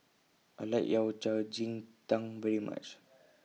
I like Yao Cai Ji Tang very much